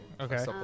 Okay